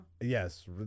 Yes